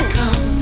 come